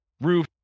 roof